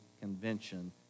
convention